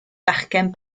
fachgen